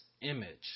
image